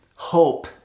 Hope